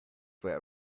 were